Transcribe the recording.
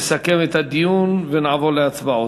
יסכם את הדיון ונעבור להצבעות.